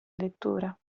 lettura